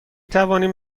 توانیم